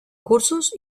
cursos